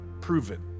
proven